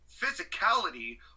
physicality